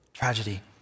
tragedy